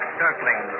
circling